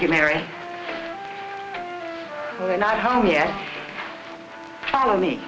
you marry me not home yet follow me